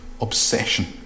obsession